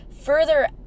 further